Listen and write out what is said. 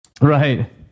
Right